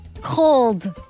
Cold